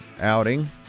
outing